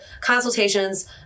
consultations